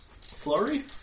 flurry